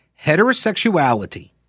heterosexuality